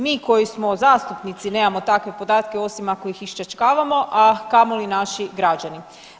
Mi koji smo zastupnici nemamo takve podatke osim ako ih iščačkavamo, a kamoli naši građani.